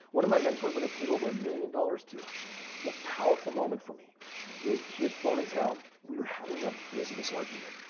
one of my mentors that i paid over a million dollars to, the most powerful moment for me is he had flown in town. we were having a business argument.